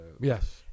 Yes